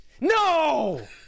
No